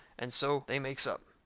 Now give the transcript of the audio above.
and so they makes up.